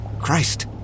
Christ